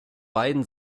beiden